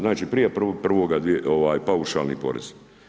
Znači prije 1.1. paušalni porez.